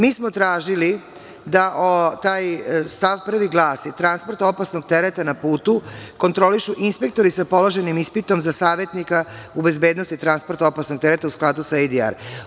Mi smo tražili da taj stav 1. glasi – transport opasnog tereta na putu kontrolišu inspektori sa položenim ispitom za savetnika u bezbednosti transporta opasnog tereta, u skladu sa ADR.